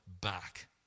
back